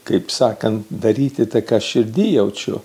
kaip sakant daryti tai ką širdy jaučiu